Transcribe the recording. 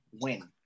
win